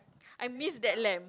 I miss that lamb